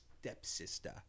stepsister